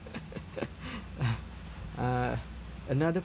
uh another